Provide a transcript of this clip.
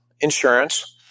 insurance